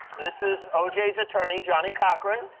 this is oj's attorney, johnnie cochran.